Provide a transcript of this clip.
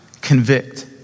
convict